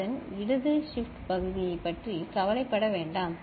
அதன் இடது ஷிப்ட் பகுதியைப் பற்றி கவலைப்பட வேண்டாம்